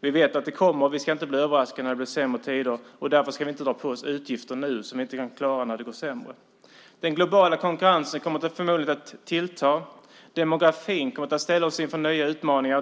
Vi vet att de kommer, och vi ska inte bli överraskade när det blir sämre tider. Vi ska därför inte dra på oss utgifter nu som vi inte kan klara när det går sämre. Den globala konkurrensen kommer förmodligen att tillta. Demografin kommer att ställa oss inför nya utmaningar.